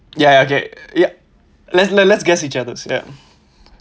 ya ya okay yup let's let's let's guess each others ya